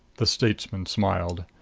the statesman smiled.